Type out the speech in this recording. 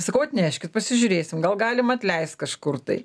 sakau atneškit pasižiūrėsim gal galima atleist kažkur tai